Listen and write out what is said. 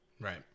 Right